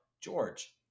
George